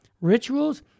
rituals